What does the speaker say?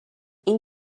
این